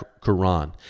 Quran